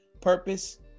purpose